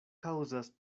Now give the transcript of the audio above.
kaŭzas